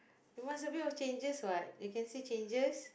you must a bit of changes what you can say changes